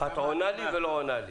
את עונה לי ולא עונה לי.